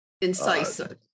incisive